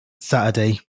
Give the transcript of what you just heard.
Saturday